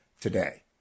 today